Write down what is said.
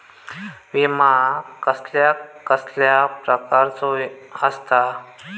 विमा कसल्या कसल्या प्रकारचो असता?